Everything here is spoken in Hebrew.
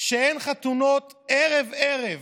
שאין חתונות ערב-ערב